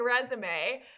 resume